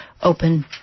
open